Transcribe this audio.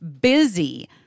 busy